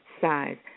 size